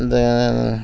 இந்த